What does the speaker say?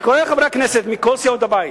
אני קורא לחברי הכנסת מכל סיעות הבית,